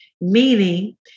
meaning